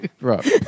Right